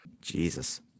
Jesus